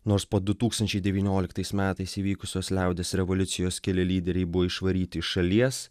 nors po du tūkstančiai devynioliktais metais įvykusios liaudies revoliucijos keli lyderiai buvo išvaryti iš šalies